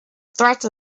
threat